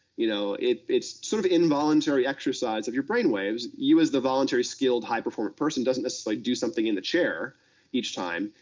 you know it's sort of involuntary exercise of your brain waves, you, as the voluntary skilled high-performance person doesn't necessarily do something in the chair each time,